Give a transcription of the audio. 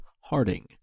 Harding